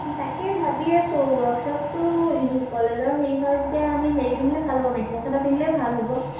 তাকে ভাবি আছোঁ ৱৰ্কশ্বপটো কলেজৰ হেৰি হয় যেতিয়া আমি হেৰি পিন্ধিলে ভাল হ'ব মেখেলা চাদৰ পিন্ধিলেই ভাল হ'ব